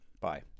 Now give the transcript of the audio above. bye